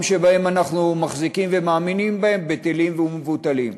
שאנחנו מחזיקים ומאמינים בהם בטלים ומבוטלים.